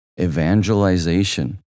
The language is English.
evangelization